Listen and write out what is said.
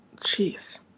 Jeez